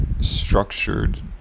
structured